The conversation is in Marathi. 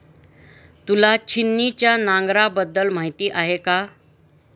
तुला छिन्नीच्या नांगराबद्दल माहिती आहे का?